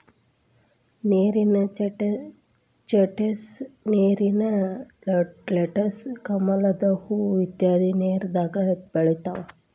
ನೇರಿನ ಚಸ್ನಟ್, ನೇರಿನ ಲೆಟಸ್, ಕಮಲದ ಹೂ ಇತ್ಯಾದಿ ನೇರಿನ್ಯಾಗ ಬೆಳಿತಾವ